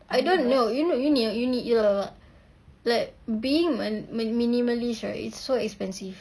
I don't know you know you need a like being a minimalist right is so expensive